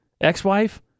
Ex-wife